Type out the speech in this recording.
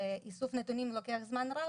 ואיסוף נתונים לוקח זמן רב,